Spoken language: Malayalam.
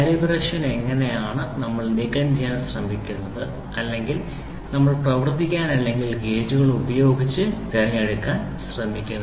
കാലിബ്രേഷൻ ഇങ്ങനെയാണ് നമ്മൾ നീക്കംചെയ്യാൻ ശ്രമിക്കുന്നത് അല്ലെങ്കിൽ നമ്മൾ പ്രവർത്തിക്കാൻ അല്ലെങ്കിൽ ഗേജുകൾ ഉപയോഗിച്ച് തിരഞ്ഞെടുക്കാൻ ശ്രമിക്കുന്നു